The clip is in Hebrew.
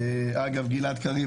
אגב גלעד קריב,